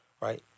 right